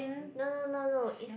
no no no no is